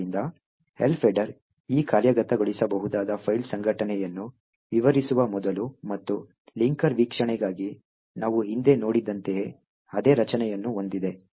ಆದ್ದರಿಂದ Elf header ಈ ಕಾರ್ಯಗತಗೊಳಿಸಬಹುದಾದ ಫೈಲ್ ಸಂಘಟನೆಯನ್ನು ವಿವರಿಸುವ ಮೊದಲು ಮತ್ತು ಲಿಂಕರ್ ವೀಕ್ಷಣೆಗಾಗಿ ನಾವು ಹಿಂದೆ ನೋಡಿದಂತೆಯೇ ಅದೇ ರಚನೆಯನ್ನು ಹೊಂದಿದೆ